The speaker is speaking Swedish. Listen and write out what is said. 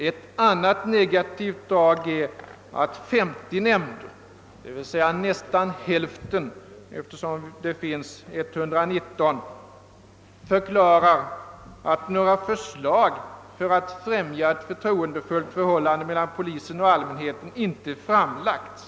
Ett annat negativt drag är att 50 nämnder — alltså nästan hälften eftersom det finns 119 — förklarar att några förslag för att främja ett förtroendefullt förhållande mellan polisen och allmänheten inte har framlagts.